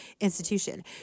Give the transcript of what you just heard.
institution